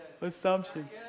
assumption